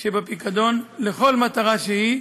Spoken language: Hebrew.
שבפיקדון לכל מטרה שהיא,